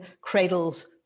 cradles